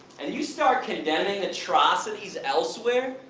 and you start condemning atrocities elsewhere.